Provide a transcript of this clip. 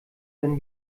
wenn